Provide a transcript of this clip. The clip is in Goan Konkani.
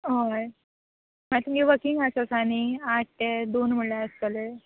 हय मागीर तेमगे वर्कींग आर्स आसा न्हय आठ ते दोन म्हणल्यार आसतले